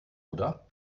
oder